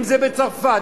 אם בצרפת,